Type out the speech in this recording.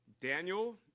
Daniel